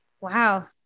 wow